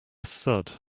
thud